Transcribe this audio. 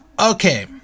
Okay